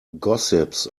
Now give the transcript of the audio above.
gossips